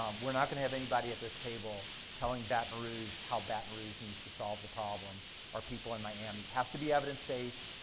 um we're not going to have anybody at this table telling baton rouge how baton rouge needs to solve the problem or people in miami, has to be evidence-based,